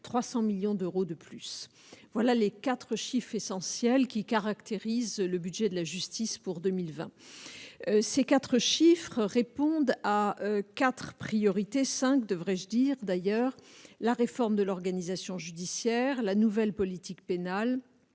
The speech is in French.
300 millions d'euros de plus voilà les 4 Schiff essentiels qui caractérisent le budget de la justice pour 2020, ces 4 chiffres répondent à quatre priorité 5, devrais-je dire, d'ailleurs, la réforme de l'organisation judiciaire la nouvelle politique pénale,